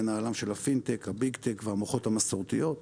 בין העולם של הפינטק והביגטק והמוחות המסורתיים,